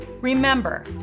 Remember